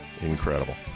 incredible